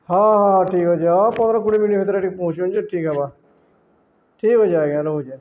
ହଁ ହଁ ଠିକ୍ ଅଛି ଆଉ ପନ୍ଦର କୋଡ଼ିଏ ମିନିଟ୍ ଭିତରେ ଟିକେ ପହଁଞ୍ଚିବେ ଯେ ଠିକ୍ ହେବା ଠିକ୍ ଅଛି ଆଜ୍ଞା ରହୁଛି